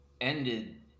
ended